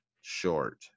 short